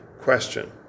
question